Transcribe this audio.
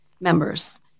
members